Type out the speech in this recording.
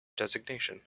designation